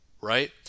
right